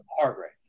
Hargrave